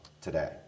today